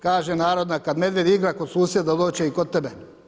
Kaže narodna, kad medvjed igra kod susjeda, doć će i kod tebe.